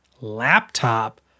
laptop